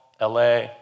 LA